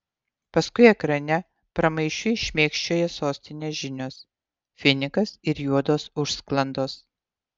paskui ekrane pramaišiui šmėkščioja sostinės žinios finikas ir juodos užsklandos